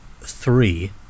three